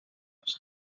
ons